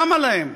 למה להם?